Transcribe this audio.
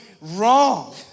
wrong